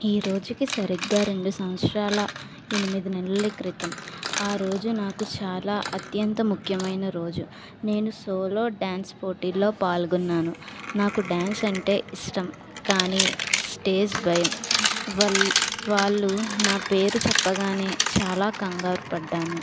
ఈరోజుకి సరిగ్గా రెండు సంవత్సరాల ఎనిమిది నెలల క్రితం ఆ రోజు నాకు చాలా అత్యంత ముఖ్యమైన రోజు నేను సోలో డాన్స్ పోటీల్లో పాల్గొన్నాను నాకు డాన్స్ అంటే ఇష్టం కానీ స్టేజ్ భయం వల్ వాళ్ళు నా పేరు చెప్పగానే చాలా కంగారు పడ్డాను